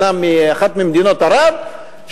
אומנם מאחת ממדינות ערב,